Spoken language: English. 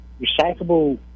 recyclable